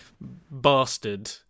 bastard